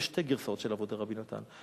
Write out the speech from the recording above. בשתי גרסאות של אבות דרבי נתן.